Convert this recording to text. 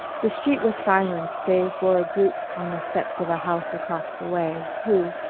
the street was silent save for a group on the steps of a house across the way, who,